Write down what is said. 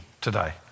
today